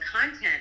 content